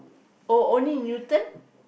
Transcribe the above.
oh only Newton